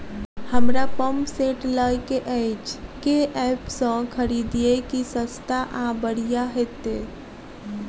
हमरा pump set लय केँ अछि केँ ऐप सँ खरिदियै की सस्ता आ बढ़िया हेतइ?